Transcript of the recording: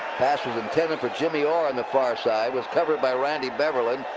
pass was intended for jimmy orr on the far side. was covered by randy beverly.